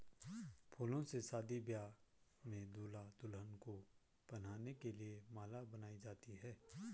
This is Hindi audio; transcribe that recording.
फूलों से शादी ब्याह में दूल्हा दुल्हन को पहनाने के लिए माला बनाई जाती है